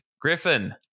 Griffin